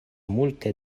multe